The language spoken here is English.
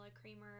creamer